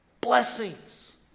blessings